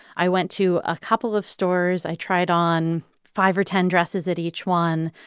i went to a couple of stores. i tried on five or ten dresses at each one,